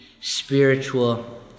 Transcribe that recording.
spiritual